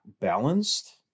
balanced